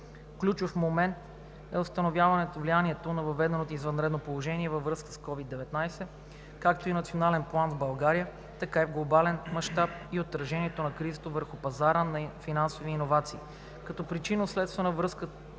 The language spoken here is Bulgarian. Ключов момент е установяване влиянието на въведеното извънредно положение във връзка с COVID-19 както в национален план в България, така и в глобален мащаб и отражението на кризата върху пазара на финансови иновации. Като причинно-следствена връзка